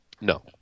no